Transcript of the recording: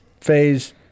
phase